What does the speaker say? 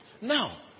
Now